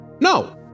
No